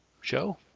show